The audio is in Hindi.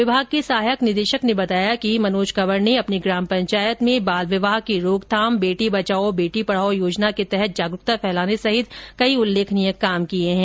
विभाग के सहायक निदेशक ने बताया कि मनोज कंवर ने अपनी ग्राम पंचायत में बाल विवाह की रोकथाम बेटी बचाओ बेटी पढ़ाओं योजना के तहत जागरूकता फैलाने और विभागीय कार्यो में उल्लेखनीय कार्य किया है